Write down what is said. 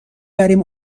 بریم